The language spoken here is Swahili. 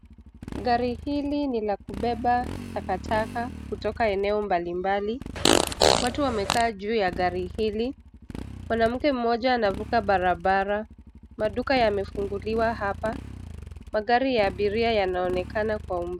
Gari hili ni la kubeba takataka kutoka eneo mbali mbali. Watu wamekaa juu ya gari hili. Mwanamke mmoja anavuka barabara. Maduka yamefunguliwa hapa, magari ya abiria yanaonekana kwa umbali.